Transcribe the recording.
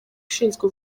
ushinzwe